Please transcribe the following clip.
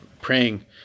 praying